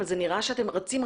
אבל זה נראה שאתם רצים,